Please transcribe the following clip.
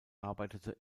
arbeitete